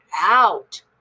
out